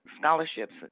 scholarships